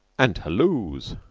and halloos,